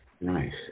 Nice